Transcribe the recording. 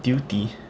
duty